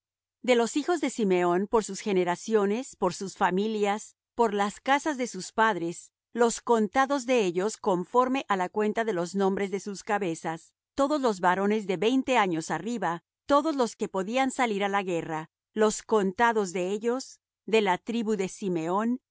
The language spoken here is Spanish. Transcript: de los hijos de simeón por sus generaciones por sus familias por las casas de sus padres los contados de ellos conforme á la cuenta de los nombres por sus cabezas todos los varones de veinte años arriba todos los que podían salir á la guerra los contados de ellos de la tribu de simeón